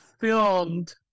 filmed